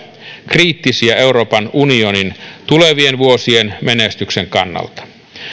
kriittisiä euroopan unionin tulevien vuosien menestyksen kannalta